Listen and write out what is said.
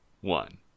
one